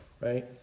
right